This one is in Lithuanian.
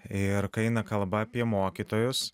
ir kai eina kalba apie mokytojus